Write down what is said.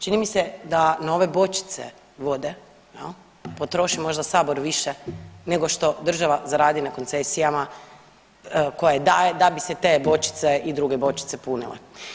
Čini mi se da na ove bočice vode potroši možda Sabor više nego što država zaradi na koncesijama koje daje da bi se te bočice i druge bočice punile.